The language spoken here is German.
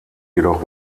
jedoch